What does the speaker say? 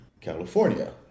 California